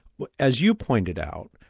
but as you pointed out,